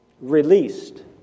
released